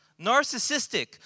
narcissistic